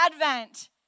Advent